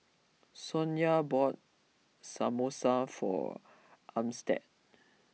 Sonya bought Samosa for Armstead